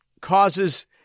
causes